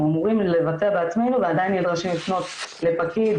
אמורים לבצע בעצמנו ועדיין נדרשים לפנות לפקיד,